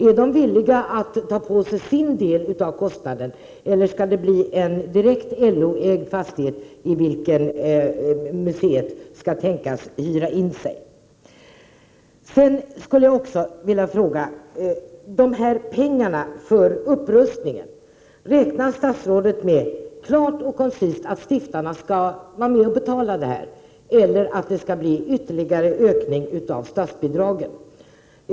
Är de villiga att ta på sig sin del av kostnaden, eller skall det bli en direkt LO-ägd fastighet i vilken museet kan tänkas hyra in sig? Jag skulle vilja ställa ytterligare en fråga. Kan statsrådet klart och koncist säga att han räknar med att stiftarna skall vara med och betala denna upprustning eller skall museet få större statsbidrag?